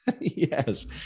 Yes